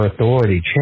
authority